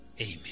Amen